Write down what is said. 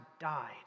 died